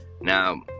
now